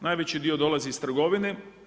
Najveći dio dolazi iz trgovine.